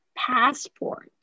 passport